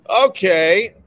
Okay